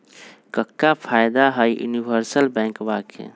क्का फायदा हई यूनिवर्सल बैंकवा के?